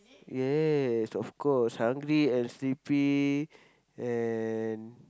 yes of course hungry and sleepy and